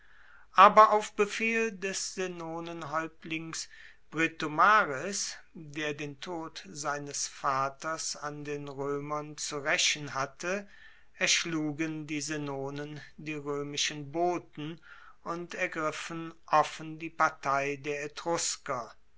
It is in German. aber auf befehl des senonenhaeuptlings britomaris der den tod seines vaters an den roemern zu raechen hatte erschlugen die senonen die roemischen boten und ergriffen offen die partei der